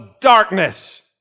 darkness